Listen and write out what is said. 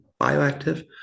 bioactive